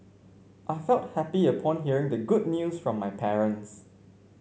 I felt happy upon hearing the good news from my parents